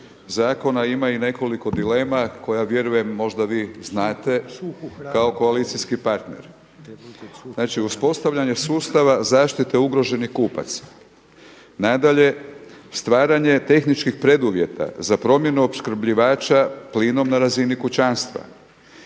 zakona ima i nekoliko dilema koje vjerujem možda vi znate kao koalicijski partner. Znači uspostavljanje sustava zaštite ugroženih kupaca, nadalje stvaranje tehničkih preduvjeta za promjenu opskrbljivača plinom na razini kućanstva,